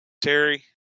Terry